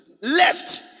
left